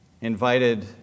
invited